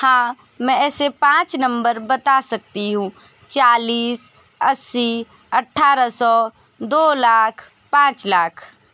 हाँ मैं ऐसे पाँच नंबर बता सकती हूँ चालीस अस्सी अठ्ठारह सौ दो लाख पाँच लाख